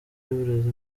y’uburezi